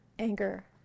anger